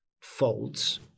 folds